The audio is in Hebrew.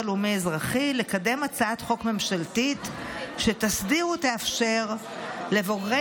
הלאומי-אזרחי לקדם הצעת חוק ממשלתית שתסדיר ותאפשר לבוגרי